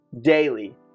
daily